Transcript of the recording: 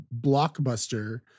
blockbuster